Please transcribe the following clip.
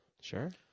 Sure